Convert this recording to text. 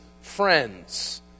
friends